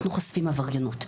אנחנו חושפים עבריינות.